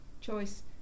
choice